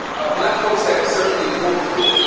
ah black folks have certainly fought for it.